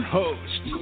host